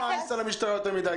אנחנו לא נעמיס על המשטרה יותר מדי.